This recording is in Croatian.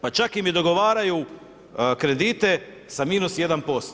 Pa čak im i dogovaraju kredite sa -1%